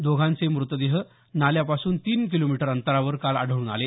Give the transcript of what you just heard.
दोघांचे मृतदेह काल नाल्यापासून तीन किलोमीटर अंतरावर आढळून आले